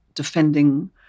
defending